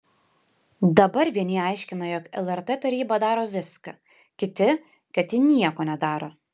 dabar vieni aiškina jog lrt taryba daro viską kiti kad ji nieko nedaro